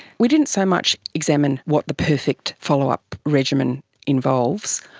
we didn't so much examine what the perfect follow-up regime and involves.